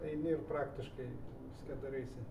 eini ir praktiškai viską daraisi